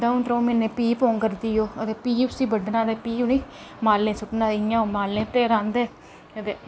द'ऊं त्र'ऊं म्हीनें भी पौंगरदी ओह् अदे भी उसी बड्ढना अदे भी उ'नें मालै ई सु'टटना ते इ'यां ओह् माले इत्तै रांह्दे